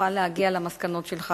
תוכל להגיע למסקנות שלך.